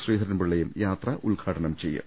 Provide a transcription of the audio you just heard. ശ്രീധരൻപിള്ളയും യാത്ര ഉദ്ഘാടനം ചെയ്യും